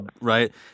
right